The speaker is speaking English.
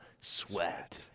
sweat